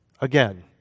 Again